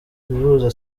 guhuza